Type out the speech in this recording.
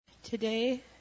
Today